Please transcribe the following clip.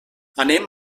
anem